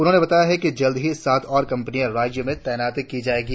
उन्होंने बताया कि जल्द ही सात और कम्पनिया राज्य में तैनात की जायेगी